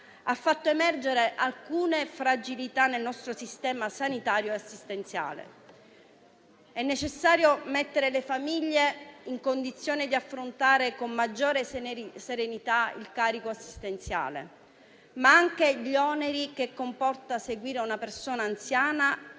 ha fatto emergere alcune fragilità nel nostro sistema sanitario e assistenziale. È necessario mettere le famiglie in condizione di affrontare con maggiore serenità il carico assistenziale, ma anche gli oneri che comporta il seguire una persona anziana